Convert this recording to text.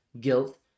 guilt